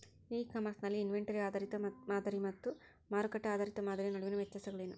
E commerce ನಲ್ಲಿ inventory ಆಧಾರಿತ ಮಾದರಿ ಮತ್ತು ಮಾರುಕಟ್ಟೆ ಆಧಾರಿತ ಮಾದರಿಯ ನಡುವಿನ ವ್ಯತ್ಯಾಸಗಳೇನು?